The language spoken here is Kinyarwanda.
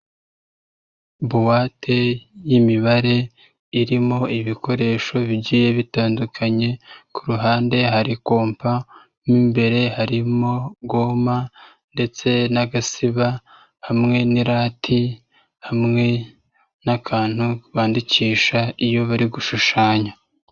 Buwate y'imibare irimo ibikoresho bingiye bitandukanye ku ruhande hari kompa, mo imbere harimo goma ndetse n'agasiba, hamwe n'irati, hamwe n'akantu bandikisha iyo bari gushushanya.